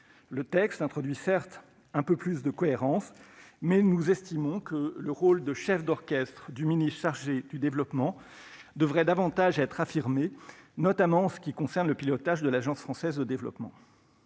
Le texte introduit certes un peu plus de cohérence, mais nous estimons que le rôle de chef d'orchestre du ministre chargé du développement devrait davantage être affirmé, notamment en ce qui concerne le pilotage de l'Agence française de développement.